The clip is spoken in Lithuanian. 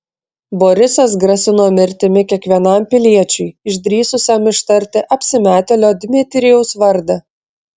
borisas grasino mirtimi kiekvienam piliečiui išdrįsusiam ištarti apsimetėlio dmitrijaus vardą